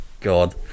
God